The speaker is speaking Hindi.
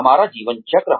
हमारा जीवन चक्र